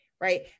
right